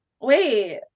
wait